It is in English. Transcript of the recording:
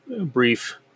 brief